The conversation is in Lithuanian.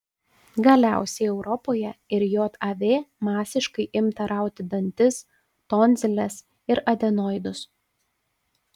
galiausiai europoje ir jav masiškai imta rauti dantis tonziles ir adenoidus